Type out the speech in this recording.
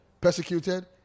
Persecuted